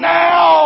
now